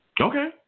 Okay